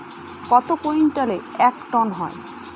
কত কুইন্টালে এক টন হয়?